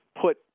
put